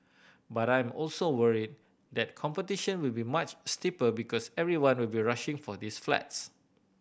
but I am also worried that competition will be much steeper because everyone will be rushing for these flats